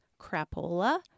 crapola